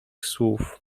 słów